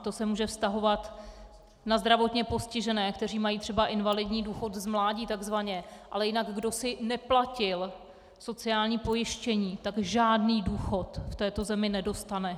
To se může vztahovat na zdravotně postižené, kteří mají třeba invalidní důchod z mládí, takzvaně, ale jinak ten, kdo si neplatil sociální pojištění, žádný důchod v této zemi nedostane.